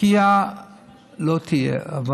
פגיעה לא תהיה.